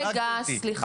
סליחה.